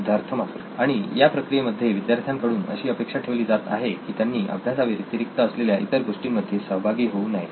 सिद्धार्थ मातुरी आणि या प्रक्रियेमध्ये विद्यार्थ्यांकडून अशी अपेक्षा ठेवली जात आहे की त्यांनी अभ्यासाव्यतिरिक्त असलेल्या इतर गोष्टींमध्ये सहभागी होऊ नये